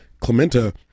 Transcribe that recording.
Clementa